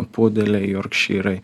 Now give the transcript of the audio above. pudeliai jorkšyrai